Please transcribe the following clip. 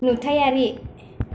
नुथायारि